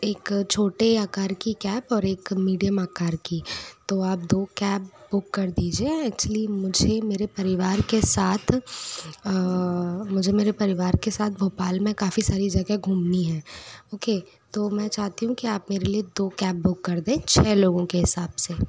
एक छोटे अकार की कैब और एक मीडियम अकार की तो आप दो कैब बुक कर दीजिए एक्चुली मुझे मेरे परिवार के साथ मुझे मेरे परिवार के साथ भोपाल में काफ़ी सारी जगह घूमनी है ओके तो मैं चाहती हूँ कि आप मेरे लिए दो कैब बुक कर दे छ लोगों के हिसाब से